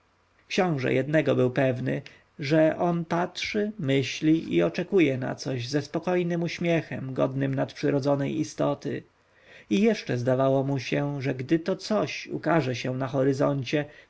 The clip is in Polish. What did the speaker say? książę jednego był pewny że on patrzy myśli i oczekuje na coś ze spokojnym uśmiechem godnym nadprzyrodzonej istoty i jeszcze zdawało mu się że gdy to coś ukaże się na horyzoncie